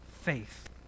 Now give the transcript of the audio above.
faith